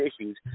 issues